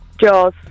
Jaws